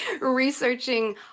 researching